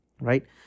right